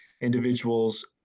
individuals